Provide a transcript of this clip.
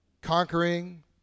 conquering